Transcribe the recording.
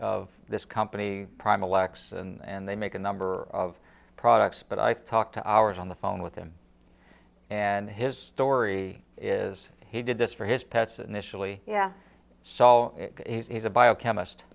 of this company primal x and they make a number of products but i've talked to hours on the phone with him and his story is he did this for his pets initially yeah so he's a biochemist